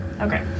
Okay